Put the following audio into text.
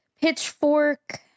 pitchfork